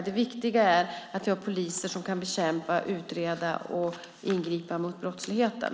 Det viktiga är att vi har poliser som kan bekämpa, utreda och ingripa mot brottsligheten.